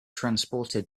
transported